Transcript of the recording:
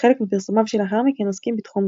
וחלק מפרסומיו שלאחר מכן עוסקים בתחום זה.